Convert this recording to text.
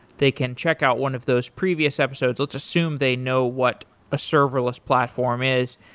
they can check out one of those previous episodes. let's assume they know what a serverless platform is.